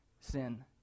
sin